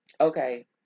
okay